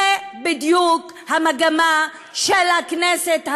זו בדיוק המגמה של הכנסת הזאת,